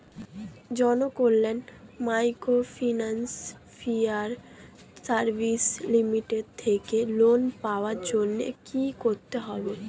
Janakalyan microfinance fire service limited থেকে loan পাওয়ার জন্য কি করতে হবে?